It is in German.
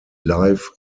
live